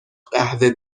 قهوه